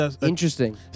Interesting